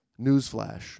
Newsflash